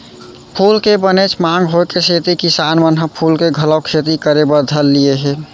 फूल के बनेच मांग होय के सेती किसान मन ह फूल के घलौ खेती करे बर धर लिये हें